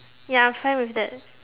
ya I'm fine with that